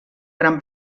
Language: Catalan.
gran